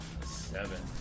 seven